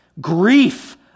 grief